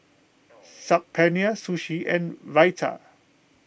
Saag Paneer Sushi and Raita